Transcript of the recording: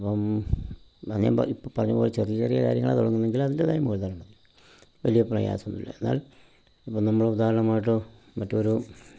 അപ്പം ഇപ്പോൾ പറഞ്ഞത് പോലെ ചെറിയ കാര്യങ്ങളാണ് തുടങ്ങുന്നതെങ്കിൽ അതിൻ്റെതായ മൂലധനം വലിയ പ്രയാസം ഒന്നുമില്ല എന്നാലും ഇപ്പോൾ നമ്മള് ഉദാഹരണമായിട്ട് മറ്റൊരു